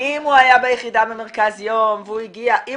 ------ אם הוא היה ביחידה במרכז יום והוא הגיע --- אם